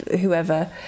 whoever